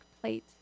plate